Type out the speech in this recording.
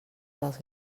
dels